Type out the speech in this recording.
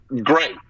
great